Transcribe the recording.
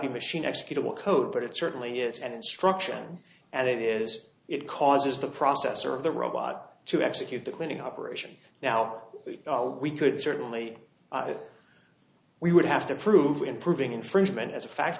be machine executable code but it certainly is an instruction and it is it causes the processor of the robot to execute the cleaning operation now although we could certainly we would have to prove in proving infringement as